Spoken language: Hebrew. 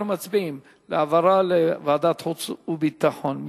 אנחנו מצביעים להעברה לוועדת חוץ וביטחון.